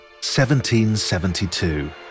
1772